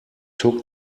took